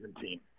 team